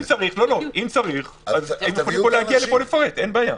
אם צריך אז היא תגיע לפה לפרט, אין בעיה.